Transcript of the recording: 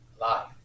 life